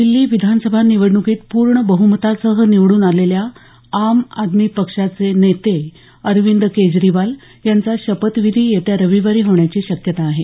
दिल्ली विधानसभा निवडण्कीत पूर्ण बह्मतासह निवडून आलेल्या आम आदमी पक्षाचे नेते अरविंद केजरीवाल यांचा शपथविधी येत्या रविवारी होण्याची शक्यता आहे